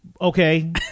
Okay